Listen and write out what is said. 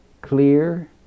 clear